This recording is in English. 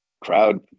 crowd